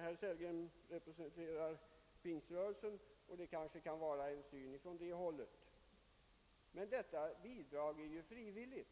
Herr Sellgren representerar pingströrelsen, och man har kanske det betraktelsesättet där? Det bidrag det här gäller är ju frivilligt.